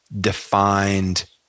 defined